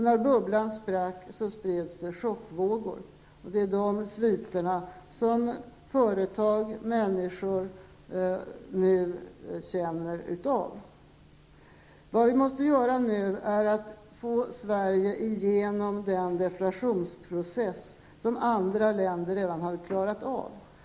När bubblan sprack, spreds det chockvågor. Det är dessa sviter som företag och människor nu får känna av. Nu måste Sverige ta sig igenom den deflationsprocess som andra länder redan har klarat av.